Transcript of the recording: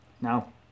Now